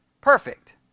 Perfect